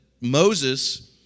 Moses